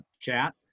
chat